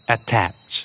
Attach